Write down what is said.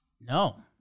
No